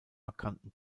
markanten